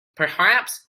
perhaps